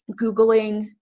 Googling